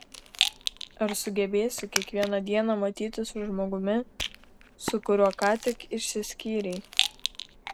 ar sugebėsi kiekvieną dieną matytis su žmogumi su kuriuo ką tik išsiskyrei